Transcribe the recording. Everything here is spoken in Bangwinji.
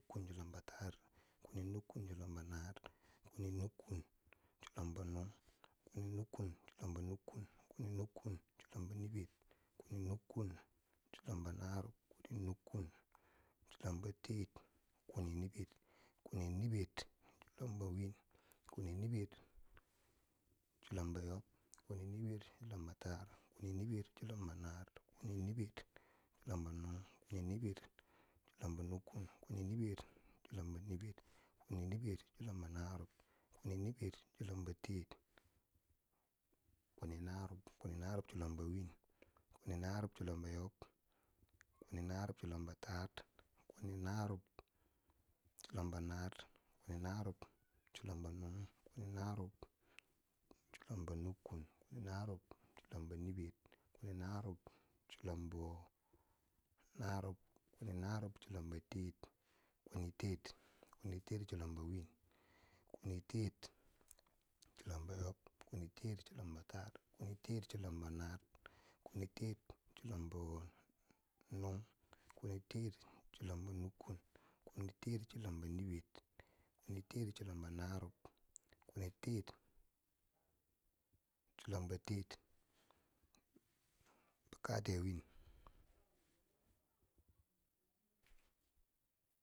Kun chilambo taar, kwini nukkun chilombo naar, kwini nukkun chilombo nung, kwini nukkun chilombo nukkun, kwini nukkun chilombo niber, kwini nukkun chilombo narub, kwini nukkun chilombo taar, kwini niber, kwini niber chilombo win, kwini niber chilombo yob, kwini niber chilombo taar, kwini niber chilombo naar, kwini niber chilombo nung, kwini niber chilombo nukkun, kwini niber chilombo niber, kwini niber chilombo na rub, kwini niber, chilombo teer, kwini na rub, kwini narub chilombo win, kwini narub chilombo yob, kwini narub chilombo taar, kwini narub chilombo naar, kwini narub chilombo nung, kwini narub chilombo nukkun, kwini narub chilombo niber, kwini narub chilombo narrub kwini narub chilombo teer, kwini teer, kwini teer chilombo win, kwini teer chilombo yob, kwini teer chilombo taar, kwini teer chilombo naar, kwini teer chilombo nung, kwini teer chilombo nukkun, kwini teer chilombo niber, kwini teer chilombo narub, kwini teer chilombo teer, bikate wein.